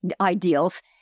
ideals